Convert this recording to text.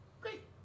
great